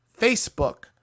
facebook